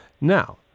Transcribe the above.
Now